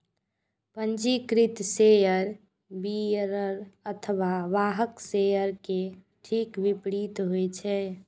पंजीकृत share bearer अथवा वाहक शेयर के ठीक विपरीत होइ छै